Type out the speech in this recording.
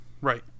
Right